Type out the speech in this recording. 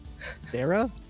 Sarah